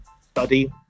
study